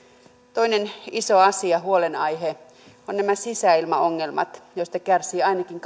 toinen iso asia huolenaihe ovat nämä sisäilmaongelmat joista kärsii ainakin